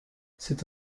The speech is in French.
c’est